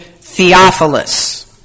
Theophilus